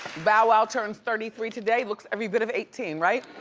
bow wow turns thirty three today, looks every bit of eighteen, right?